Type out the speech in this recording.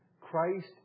Christ